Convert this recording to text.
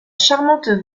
charmante